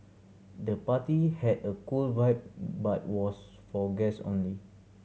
the party had a cool vibe but was for guests only